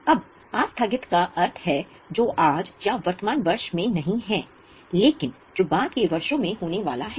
अब आस्थगित का अर्थ है जो आज या वर्तमान वर्ष में नहीं है लेकिन जो बाद के वर्षों में होने वाला है